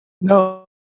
No